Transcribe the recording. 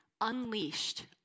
unleashed